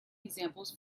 examples